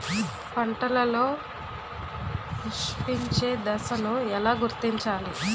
పంటలలో పుష్పించే దశను ఎలా గుర్తించాలి?